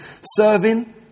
Serving